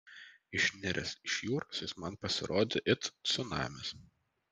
išniręs iš jūros jis man pasirodė it cunamis